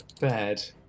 bed